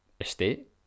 estate